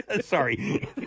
Sorry